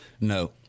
No